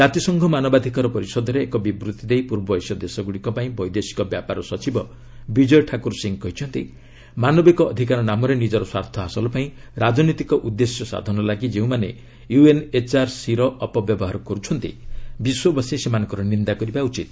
ଜାତିସଂଘ ମାନବାଧିକାର ପରିଷଦରେ ଏକ ବିବୃତ୍ତି ଦେଇ ପୂର୍ବ ଏସୀୟ ଦେଶଗୁଡ଼ିକପାଇଁ ବୈଦେଶିକ ବ୍ୟାପାର ସଚିବ ବିଜୟ ଠାକୁର ସିଂହ କହିଛନ୍ତି ମାନବିକ ଅଧିକାର ନାମରେ ନିଜର ସ୍ୱାର୍ଥ ହାସଲ ପାଇଁ ରାଜନୈତିକ ଉଦ୍ଦେଶ୍ୟ ସାଧନ ଲାଗି ଯେଉଁମାନେ ୟୁଏନ୍ଏଚ୍ଆର୍ସିର ଅପବ୍ୟବହାର କରୁଛନ୍ତି ବିଶ୍ୱବାସୀ ସେମାନଙ୍କର ନିନ୍ଦା କରିବା ଉଚିତ